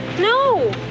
No